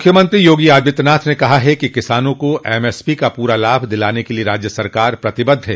मुख्यमंत्री योगी आदित्यनाथ ने कहा है कि किसानों को एमएसपी का पूरा लाभ दिलाने के लिये राज्य सरकार प्रतिबद्ध है